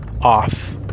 off